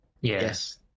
Yes